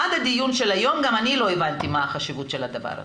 עד הדיון של היום גם אני לא הבנתי מה החשיבות של הדבר הזה,